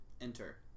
Enter